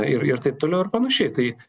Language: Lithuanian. ir ir taip toliau ir panašiai tai